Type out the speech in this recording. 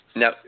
Now